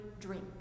drink